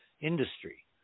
industry